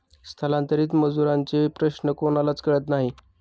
स्थलांतरित मजुरांचे प्रश्न कोणालाच कळत नाही